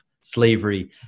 slavery